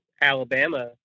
Alabama